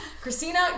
Christina